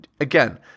again